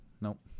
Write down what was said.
nope